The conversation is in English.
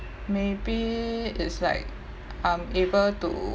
maybe it's like I'm able to